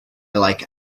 like